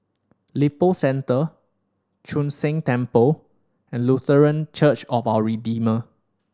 Lippo Centre Chu Sheng Temple and Lutheran Church of Our Redeemer